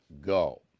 go